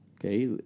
Okay